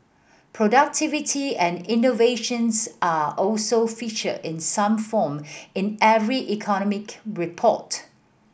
productivity and innovations are also featured in some form in every economic report